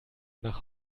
nach